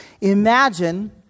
Imagine